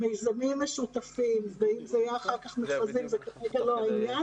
מיזמים משותפים ואם זה יהיה אחר כך מכרזים זה כרגע לא העניין